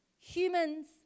humans